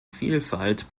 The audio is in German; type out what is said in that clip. vielfalt